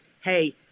Hey